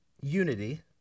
unity